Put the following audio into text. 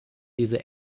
diese